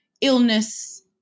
illness